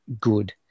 good